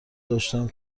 داشتم